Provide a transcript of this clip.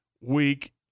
week